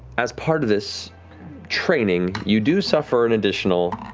as part of this training, you do suffer an additional